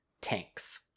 tanks